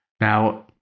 Now